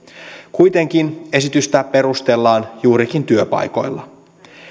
kuitenkin esitystä perustellaan juurikin työpaikoilla